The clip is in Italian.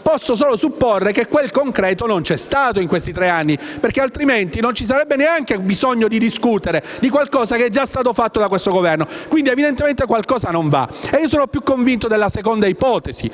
posso solo supporre che quel «concreto» non c'è stato negli ultimi tre anni, altrimenti non ci sarebbe neanche bisogno di discutere di qualcosa che è già stato fatto da questo Governo. Evidentemente qualcosa non va. E io sono più convinto della seconda ipotesi,